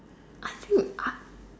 I think I